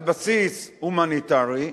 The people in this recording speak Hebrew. על בסיס הומניטרי,